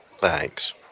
Thanks